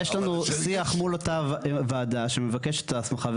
יש לנו שיח מול אותה וועדה שמבקשת את ההסמכה,